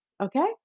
Okay